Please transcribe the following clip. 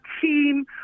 team